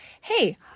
hey